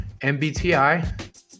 mbti